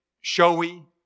showy